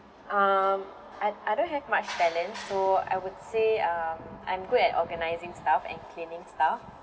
um I I don't have much talent so I would say um I'm good at organising stuff and cleaning stuff